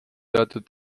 teatud